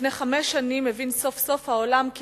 לפני חמש שנים הבין סוף-סוף העולם כי